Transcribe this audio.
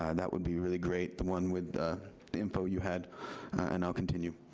ah that would be really great, the one with the info you had and i'll continue.